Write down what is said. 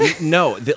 No